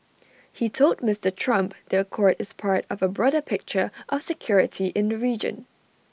he told Mister Trump the accord is part of A broader picture of security in region